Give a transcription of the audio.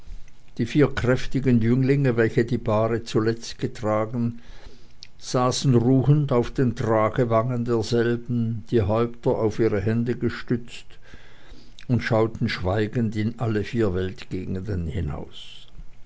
die vier kräftigen jünglinge welche die bahre zuletzt getragen saßen ruhend auf den tragewangen derselben die häupter auf ihre hände gestützt und schauten schweigend in alle vier weltgegenden hinaus